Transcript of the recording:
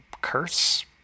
curse